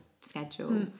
schedule